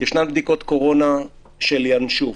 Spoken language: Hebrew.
ישנן בדיקות קורונה של ינשוף,